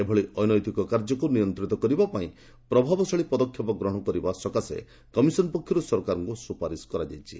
ଏଭଳି ଅନୈତିକ କାର୍ଯ୍ୟକୁ ନିୟନ୍ତିତ କରିବା ପାଇଁ ପ୍ରଭାବଶାଳୀ ପଦକ୍ଷେପ ଗ୍ରହଣ କରିବାକୁ କମିଶନ ପକ୍ଷରୁ ସରକାରଙ୍କୁ ସୁପାରିଶ କରାଯାଇଛି